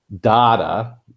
data